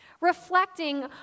reflecting